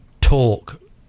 talk